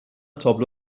تابلو